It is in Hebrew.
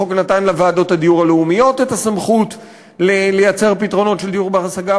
החוק נתן לוועדות לדיור לאומי את הסמכות לייצר פתרונות של דיור בר-השגה,